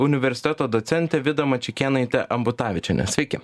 universiteto docente vida mačiukėnaite ambutavičiene sveiki